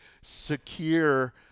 secure